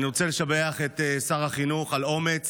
אני רוצה לשבח את שר החינוך על האומץ